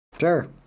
Sure